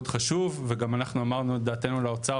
חשוב וגם אנחנו אמרנו את דעתנו לאוצר,